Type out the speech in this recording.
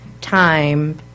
time